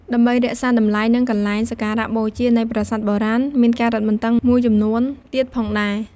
ដើម្បីរក្សាតម្លៃ និងកន្លែងសក្ការៈបូជានៃប្រាសាទបុរាណ មានការរឹតបន្តឹងមួយចំនួនទៀតផងដែរ។